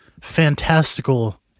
fantastical